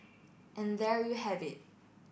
and there you have it